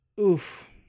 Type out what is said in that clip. oof